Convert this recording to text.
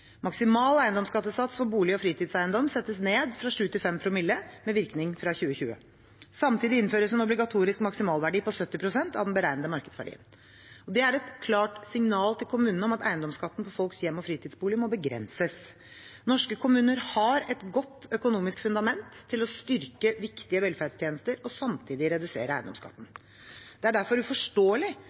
Maksimal eiendomsskattesats for bolig og fritidseiendom settes ned fra 7 til 5 promille med virkning fra 2020. Samtidig innføres en obligatorisk maksimalverdi på 70 pst. av den beregnede markedsverdien. Det er et klart signal til kommunene om at eiendomsskatten på folks hjem og fritidsbolig må begrenses. Norske kommuner har et godt økonomisk fundament til å styrke viktige velferdstjenester og samtidig redusere eiendomsskatten. Det er derfor uforståelig